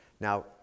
now